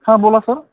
हां बोला सर